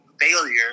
failure